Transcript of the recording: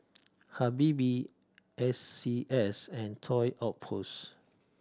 Habibie S C S and Toy Outpost